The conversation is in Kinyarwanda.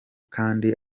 kandi